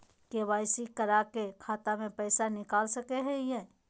KYC करा के खाता से पैसा निकल सके हय?